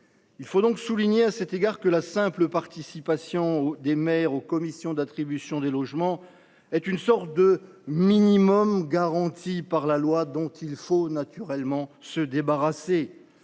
Il faut souligner, à cet égard, que la simple participation des maires aux commissions d’attribution des logements est une sorte de minimum garanti par la loi – il faut donc la faire évoluer.